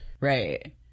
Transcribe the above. Right